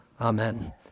Amen